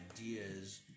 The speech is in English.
ideas